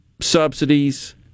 subsidies